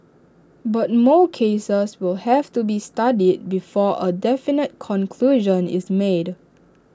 but more cases will have to be studied before A definite conclusion is made